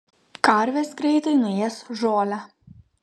karvės greitai nuės žolę